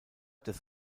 des